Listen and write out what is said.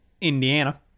Indiana